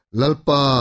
lalpa